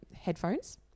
headphones